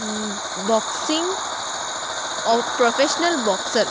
boxing professional boxer